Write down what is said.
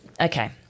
okay